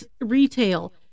retail